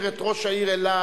החוק, אלא